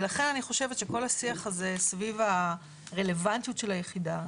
ולכן אני חושבת שכל השיח הזה סביב הרלוונטיות של היחידה,